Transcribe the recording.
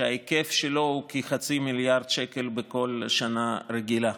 שההיקף שלו הוא כחצי מיליארד שקל בכל שנה רגילה.